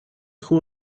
who